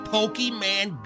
Pokemon